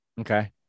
Okay